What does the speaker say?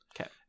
Okay